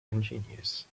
ingenious